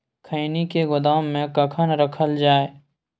खैनी के गोदाम में कखन रखल जाय?